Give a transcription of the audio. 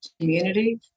community